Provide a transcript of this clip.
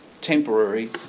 temporary